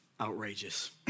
outrageous